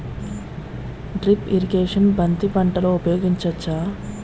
Drip irrigation బంతి పంటలో ఊపయోగించచ్చ?